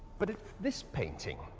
but it's this painting,